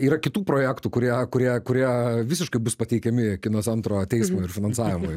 yra kitų projektų kurie kurie kurie visiškai bus pateikiami kino centro teismui ir finansavimui